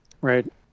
Right